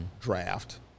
draft